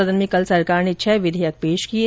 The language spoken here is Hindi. सदन में कल सरकार ने छह विधेयक पेश किये